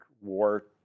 war